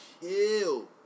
kill